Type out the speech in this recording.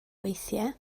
weithiau